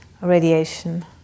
radiation